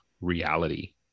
reality